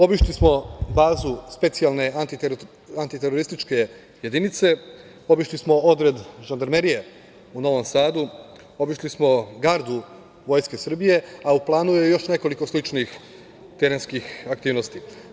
Obišli smo bazu Specijalne antiterorističke jedinice, obišli smo Odred žandarmerije u Novom Sadu, obišli smo gardu Vojske Srbije, a u planu je još nekoliko sličnih terenskih aktivnosti.